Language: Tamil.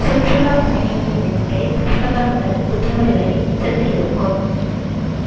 சுற்றுலாப் பயணிகளின் எண்ணிக்கை செப்டம்பர் முதல் பிப்ரவரி வரை உச்சத்தில் இருக்கும்